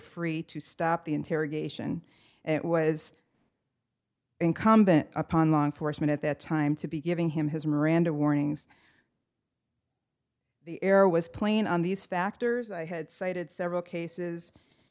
free to stop the interrogation and it was incumbent upon law enforcement at that time to be giving him his miranda warnings the air was plain on these factors i had cited several cases